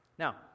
Now